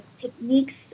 techniques